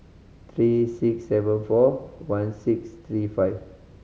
three six seven four one six three five